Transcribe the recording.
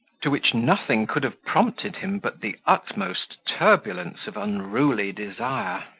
to which nothing could have prompted him but the utmost turbulence of unruly desire.